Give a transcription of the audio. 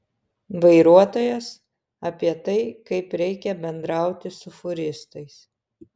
vairuotojas apie tai kaip reikia bendrauti su fūristais